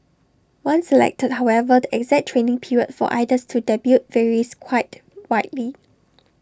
once selected however the exact training period for idols to debut varies quite widely